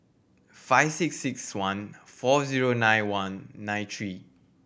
five six six one four zero nine one nine three